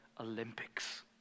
Olympics